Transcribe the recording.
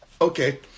Okay